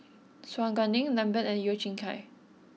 Su Guaning Lambert and Yeo Kian Chai